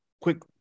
quick